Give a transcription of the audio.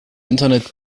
internet